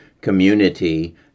community